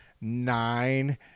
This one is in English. nine